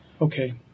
Okay